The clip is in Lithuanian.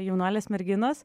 jaunuolės merginos